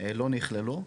לא נכללו.